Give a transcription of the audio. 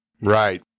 Right